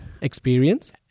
experience